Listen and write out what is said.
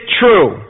true